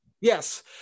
yes